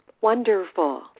wonderful